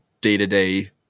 day-to-day